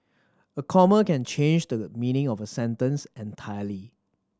a comma can changes the meaning of a sentence entirely